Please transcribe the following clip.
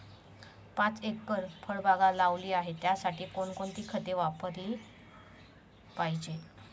पाच एकर फळबाग लावली आहे, त्यासाठी कोणकोणती खते वापरली पाहिजे?